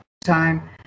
time